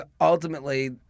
ultimately